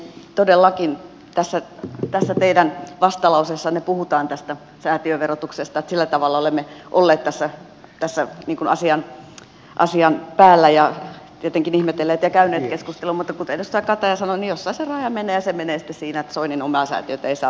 todellakin tässä teidän vastalauseessanne puhutaan tästä säätiöverotuksesta että sillä tavalla olemme olleet tässä niin kuin asian päällä ja tietenkin ihmetelleet ja käyneet keskustelua mutta kuten edustaja kataja sanoi niin jossain se raja menee ja se menee sitten siinä että soinin omaa säätiötä ei saa verottaa ja piste ja näin se sitten on